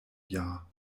jahr